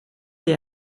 des